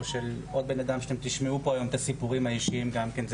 או של עוד בנאדם שאתם תשמעו פה היום את הסיפורים האישיים גם כן,